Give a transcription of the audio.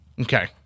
Okay